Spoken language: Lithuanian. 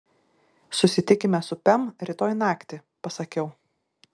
susitikime su pem rytoj naktį pasakiau